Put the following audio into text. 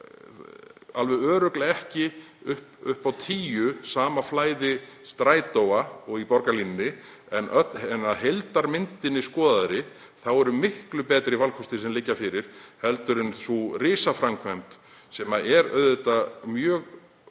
alveg örugglega ekki upp á tíu sama flæði strætóa og í borgarlínunni en að heildarmyndinni skoðaðri eru miklu betri valkosti sem liggja fyrir en sú risaframkvæmd, sem er auðvitað mjög